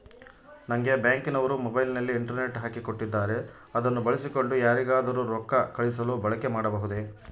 ನಂಗೆ ಬ್ಯಾಂಕಿನವರು ಮೊಬೈಲಿನಲ್ಲಿ ಇಂಟರ್ನೆಟ್ ಹಾಕಿ ಕೊಟ್ಟಿದ್ದಾರೆ ಅದನ್ನು ಬಳಸಿಕೊಂಡು ಯಾರಿಗಾದರೂ ರೊಕ್ಕ ಕಳುಹಿಸಲು ಬಳಕೆ ಮಾಡಬಹುದೇ?